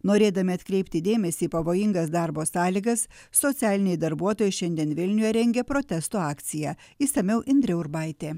norėdami atkreipti dėmesį į pavojingas darbo sąlygas socialiniai darbuotojai šiandien vilniuje rengia protesto akciją išsamiau indrė urbaitė